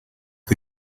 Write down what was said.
the